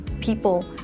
people